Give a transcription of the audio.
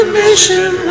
mission